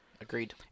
Agreed